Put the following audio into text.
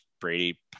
Brady